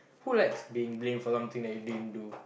who likes being blame for something that you didn't do